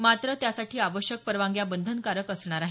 मात्र त्यासाठी आवश्यक परवानग्या बंधनकारक असणार आहेत